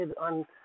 on